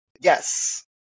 Yes